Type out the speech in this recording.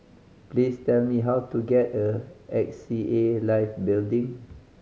please tell me how to get a X C A Life Building